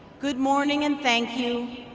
good morning and thank you.